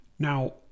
Now